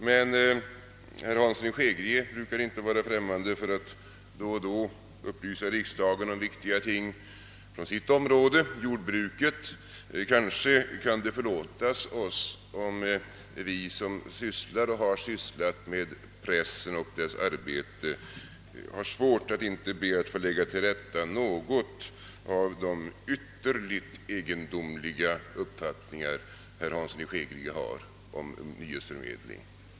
Herr Hansson i Skegrie brukar ju inte dra sig för att då och då upplysa riksdagen om viktiga ting från sitt område, jordbruket, och kanske kan det då förlåtas oss, om vi som sysslar med pressen och dess arbete vill tillrätta lägga några av de ytterligt egendomliga uppfattningar om nyhetsförmedling som herr Hansson här har givit uttryck åt.